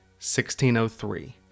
1603